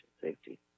safety